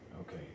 okay